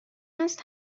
است